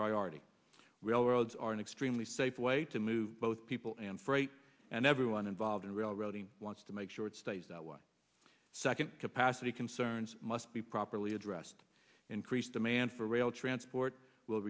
priority railroads are an extremely safe way to move both people and freight and everyone involved in railroading wants to make sure it stays that way second capacity concerns must be properly addressed increased demand for rail transport will